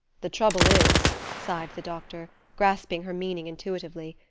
the trouble is, sighed the doctor, grasping her meaning intuitively,